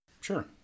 Sure